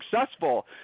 successful